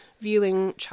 viewing